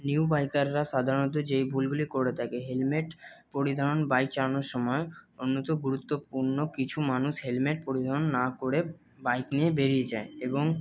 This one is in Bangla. নিউ বাইকাররা সাধারণত যে ভুলগুলি করে থাকে হেলমেট পরিধান বাইক চালানোর সময় গুরুত্বপূর্ণ কিছু মানুষ হেলমেট পরিধান না করে বাইক নিয়ে বেরিয়ে যায় এবং